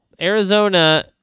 Arizona